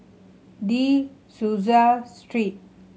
De Souza Street